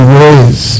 ways